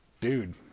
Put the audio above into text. dude